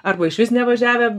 arba išvis nevažiavę